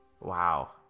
Wow